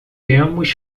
temos